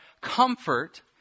comfort